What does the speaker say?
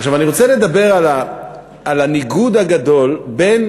עכשיו אני רוצה לדבר על הניגוד הגדול בין